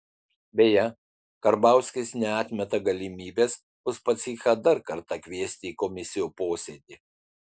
beje karbauskis neatmeta galimybės uspaskichą dar kartą kviesti į komisijų posėdį